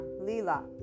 Lila